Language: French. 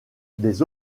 des